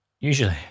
Usually